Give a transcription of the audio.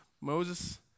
Moses